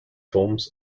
forms